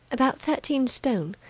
about thirteen stone,